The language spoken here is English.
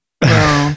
No